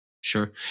Sure